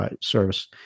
service